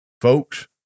folks